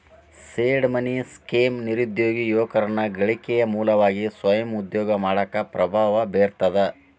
seed money scheme ನಿರುದ್ಯೋಗಿ ಯುವಕರನ್ನ ಗಳಿಕೆಯ ಮೂಲವಾಗಿ ಸ್ವಯಂ ಉದ್ಯೋಗ ಮಾಡಾಕ ಪ್ರಭಾವ ಬೇರ್ತದ